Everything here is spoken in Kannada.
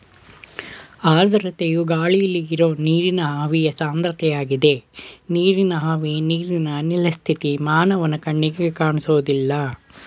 ಆರ್ದ್ರತೆಯು ಗಾಳಿಲಿ ಇರೋ ನೀರಿನ ಆವಿಯ ಸಾಂದ್ರತೆಯಾಗಿದೆ ನೀರಿನ ಆವಿ ನೀರಿನ ಅನಿಲ ಸ್ಥಿತಿ ಮಾನವನ ಕಣ್ಣಿಗೆ ಕಾಣ್ಸೋದಿಲ್ಲ